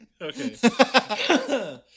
Okay